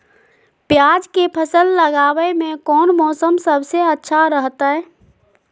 प्याज के फसल लगावे में कौन मौसम सबसे अच्छा रहतय?